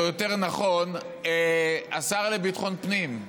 או יותר נכון מהשר לביטחון פנים,